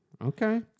okay